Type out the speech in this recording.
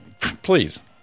Please